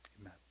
amen